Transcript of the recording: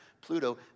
Pluto